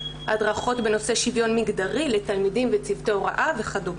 הדרכות בנושא שוויון מגדרי לתלמידים וצוותי הוראה וכדומה.